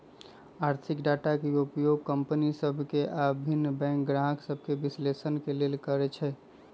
आर्थिक डाटा के उपयोग कंपनि सभ के आऽ भिन्न बैंक गाहक सभके विश्लेषण के लेल करइ छइ